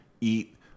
eat